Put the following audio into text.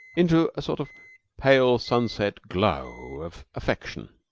into a sort of pale sunset glow of affection.